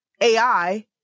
AI